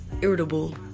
irritable